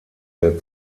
der